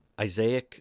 Isaiah